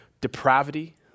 depravity